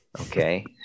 Okay